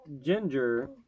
Ginger